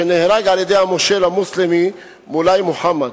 שנהרג על-ידי המושל המוסלמי מולאי מוחמד,